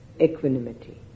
equanimity